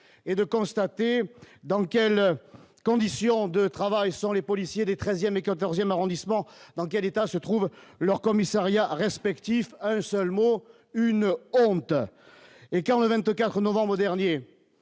et de constater, dans quelles conditions de travail sont les policiers, les 13ème et 14ème arrondissements, dans quel état se trouve leur commissariat respectif, un seul mot : une honte et quand, le 24 novembre dernier